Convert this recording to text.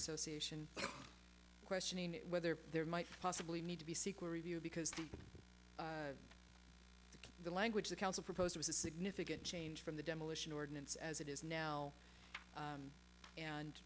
association questioning whether there might possibly need to be sequel review because the the language the council proposed was a significant change from the demolition ordinance as it is now